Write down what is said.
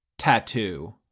Tattoo